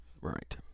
Right